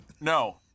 No